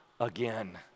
again